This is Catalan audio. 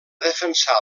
defensar